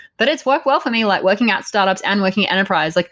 but it's work well for me, like working out startups and working enterprise. like